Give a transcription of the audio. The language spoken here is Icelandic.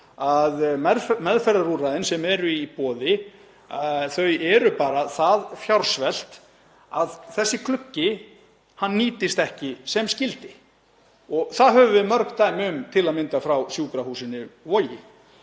að meðferðarúrræðin sem eru í boði eru það fjársvelt að þessi gluggi nýtist ekki sem skyldi og það höfum við mörg dæmi um, til að mynda frá sjúkrahúsinu Vogi.